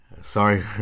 Sorry